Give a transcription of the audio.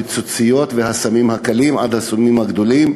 מהפיצוציות והסמים הקלים עד הסמים הגדולים.